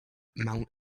mount